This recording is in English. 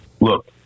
look